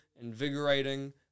invigorating